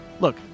Look